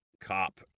cop